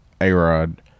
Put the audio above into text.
A-Rod